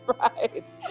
right